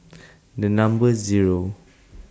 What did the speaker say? The Number Zero